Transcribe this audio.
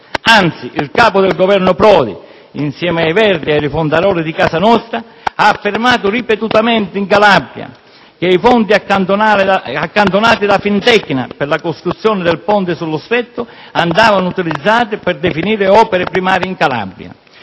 Anzi, il capo del Governo Prodi, insieme ai verdi ed ai rifondaroli di casa nostra, ha affermato ripetutamente in Calabria che i fondi accantonati da Fintecna per la costruzione del ponte sullo Stretto andavano utilizzati per definire opere primarie in Calabria.